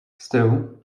still